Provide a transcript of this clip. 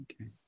okay